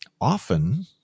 often